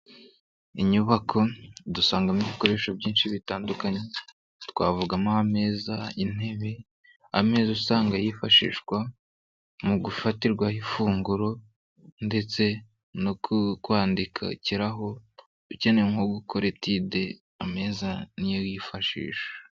Inyubako dusangamo ibikoresho byinshi bitandukanye, twavugamo ameza, intebe, ameza usanga yifashishwa mu gufatirwaho ifunguro ndetse no kwandikiraho ukeneye nko gukora etide ameza niyo yifashisha.